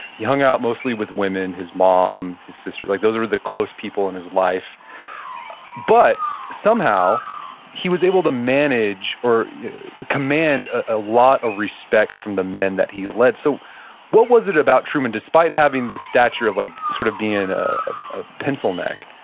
he hung out mostly with women. his mom, his sister, like those were the close people in his life but somehow he was able to manage or command a lot of respect from the men that he led. so what was it about truman, despite having the stature of like sort of being ah a pencil neck,